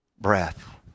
breath